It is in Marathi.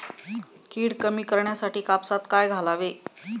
कीड कमी करण्यासाठी कापसात काय घालावे?